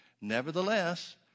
Nevertheless